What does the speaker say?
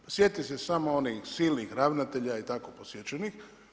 Pa sjetite se samo onih silnih ravnatelja i tako posjećenih.